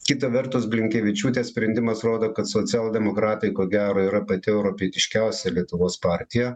kita vertus blinkevičiūtės sprendimas rodo kad socialdemokratai ko gero yra pati europietiškiausia lietuvos partija